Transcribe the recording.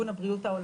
מערכות הבריאות,